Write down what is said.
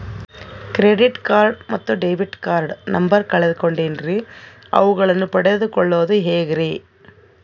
Credit card ಮತ್ತು debit card number ಕಳೆದುಕೊಂಡಿನ್ರಿ ಅವುಗಳನ್ನ ಪಡೆದು ಕೊಳ್ಳೋದು ಹೇಗ್ರಿ?